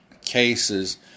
cases